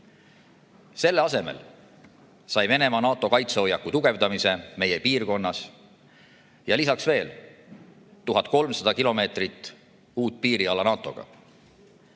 Selle asemel sai Venemaa NATO kaitsehoiaku tugevdamise meie piirkonnas ja lisaks veel 1300 kilomeetrit uut piiriala NATO-ga.